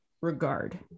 regard